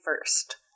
first